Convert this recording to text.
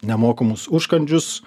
nemokamus užkandžius